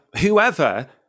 whoever